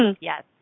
Yes